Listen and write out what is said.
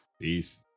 Peace